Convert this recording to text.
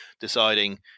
deciding